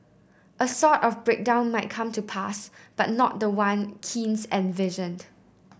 a sort of breakdown might come to pass but not the one Keynes envisioned